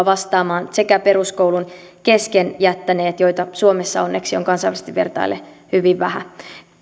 vastaamaan peruskoulua sekä peruskoulun kesken jättäneet joita suomessa onneksi on kansainvälisesti vertaillen hyvin vähän